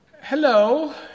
Hello